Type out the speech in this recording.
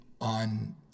on